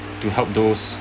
to help those